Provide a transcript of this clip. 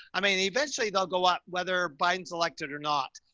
i mean, eventually they'll go up whether binds elected or not,